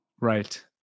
right